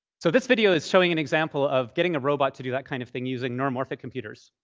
so this video is showing an example of getting a robot to do that kind of thing using neuromorphic computers.